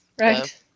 Right